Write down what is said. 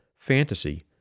fantasy